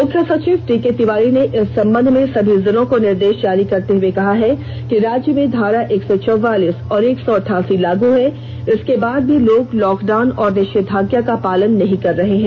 मुख्य सचिव डीके तिवारी ने इस संबंध में सभी जिलों को निर्देष जारी करते हुए कहा है कि राज्य में धारा एक सौ चौवालीस और एक सौ अठासी लागू है इसके बाद भी लोग लॉकडाउन और निषेधाज्ञा का पालन नहीं कर रहे हैं